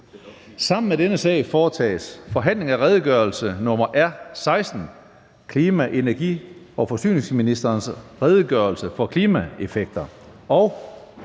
Sammen med dette punkt foretages: 21) Forhandling om redegørelse nr. R 16: Klima-, energi- og forsyningsministerens redegørelse for klimaeffekter.